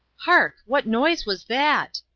hark! what noise was that?